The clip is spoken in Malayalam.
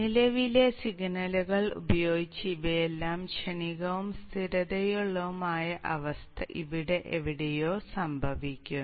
നിലവിലെ സിഗ്നലുകൾ ഉപയോഗിച്ച് ഇവയെല്ലാം ക്ഷണികവും സ്ഥിരതയുള്ളതുമായ അവസ്ഥ ഇവിടെ എവിടെയോ സംഭവിക്കുന്നു